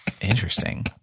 interesting